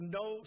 no